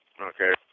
Okay